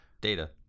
data